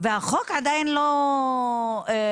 והחוק עדיין לא יושם.